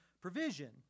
provision